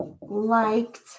liked